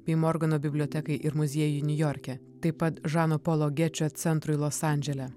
bei morgano bibliotekai ir muziejui niujorke taip pat žano polo gečio centrui los andžele